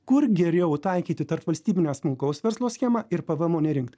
kur geriau taikyti tarpvalstybinę smulkaus verslo schemą ir pvmo nerinkt